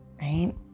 Right